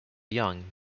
young